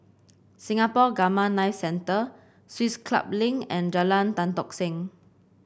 Singapore Gamma Knife Centre Swiss Club Link and Jalan Tan Tock Seng